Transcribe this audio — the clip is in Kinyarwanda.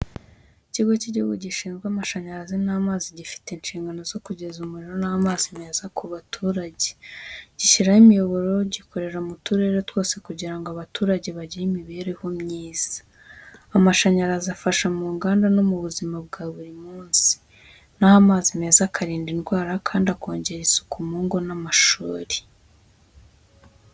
Ikigo cy'igihugu gishinzwe amashanyarazi n’amazi gifite inshingano zo kugeza umuriro n’amazi meza ku baturage. Gishyiraho imiyoboro, gikorera mu turere twose kugira ngo abaturage bagire imibereho myiza. Amashanyarazi afasha mu nganda no mu buzima bwa buri munsi, na ho amazi meza akarinda indwara kandi akongera isuku mu ngo n’amashuri.